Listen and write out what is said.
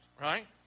right